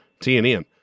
TNN